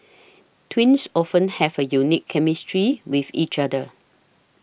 twins often have a unique chemistry with each other